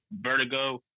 vertigo